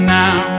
now